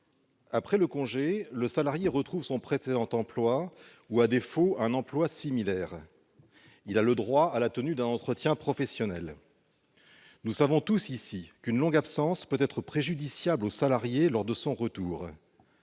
Après ce congé, le salarié retrouve son précédent emploi ou, à défaut, un emploi similaire. Il a le droit à la tenue d'un entretien professionnel. Nous savons tous ici qu'une longue absence peut être préjudiciable au salarié lors de son retour.